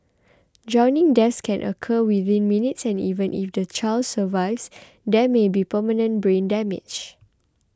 drowning deaths can occur within minutes and even if the child survives there may be permanent brain damage